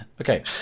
Okay